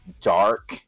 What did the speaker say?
dark